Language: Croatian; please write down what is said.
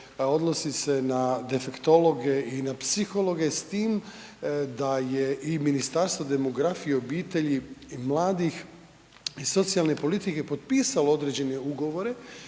odnosi se na defektologe i na psihologe s tim da je i Ministarstvo demografije i obitelji i mladih i socijalne politike potpisalo određene ugovore